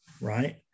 right